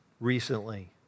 recently